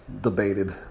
debated